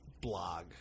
blog